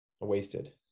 wasted